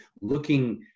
looking